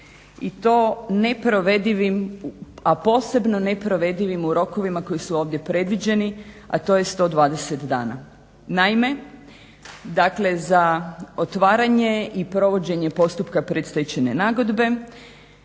a posebno neprovedivim u rokovima koji su ovdje predviđeni, a to je 120 dana. Naime, dakle, za otvaranje i provođenja postupka predstečajne nagodbe